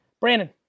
Brandon